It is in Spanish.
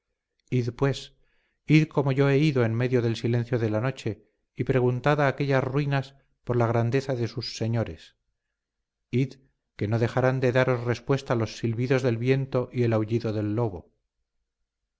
templarios id pues id como yo he ido en medio del silencio de la noche y preguntad a aquellas ruinas por la grandeza de sus señores id que no dejarán de daros respuesta los silbidos del viento y el aullido del lobo